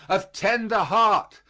of tender heart,